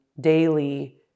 daily